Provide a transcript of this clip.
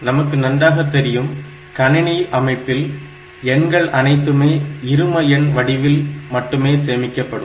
நமக்கு நன்றாக தெரியும் கணினி அமைப்பில் எண்கள் அனைத்துமே இருமஎண் வடிவில் மட்டுமே சேமிக்கப்படும்